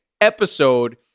episode